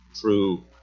true